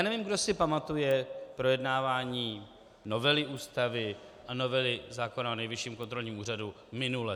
Nevím, kdo si pamatuje projednávání novely Ústavy a novely zákona o Nejvyšším kontrolním úřadu tady minule.